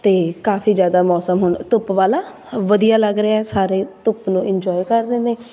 ਅਤੇ ਕਾਫ਼ੀ ਜ਼ਿਆਦਾ ਮੌਸਮ ਹੁਣ ਧੁੱਪ ਵਾਲਾ ਵਧੀਆ ਲੱਗ ਰਿਹਾ ਸਾਰੇ ਧੁੱਪ ਨੂੰ ਇੰਜੋਏ ਕਰ ਰਹੇ ਨੇ